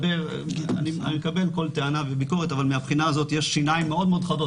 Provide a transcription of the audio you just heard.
אני מקבל כל טענה וביקורת אבל מהבחינה הזאת יש שיניים חדות מאוד מאוד,